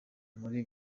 muri